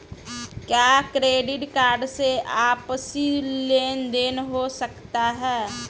क्या credit card से आपसी लेनदेन हो सकता है?